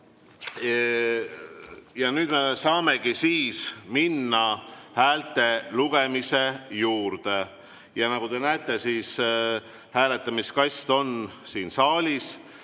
Nüüd me saamegi minna häälte lugemise juurde. Nagu te näete, hääletamiskast on siin saalis.